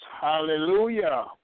Hallelujah